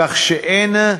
כך שאין,